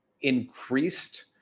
increased